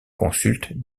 consulte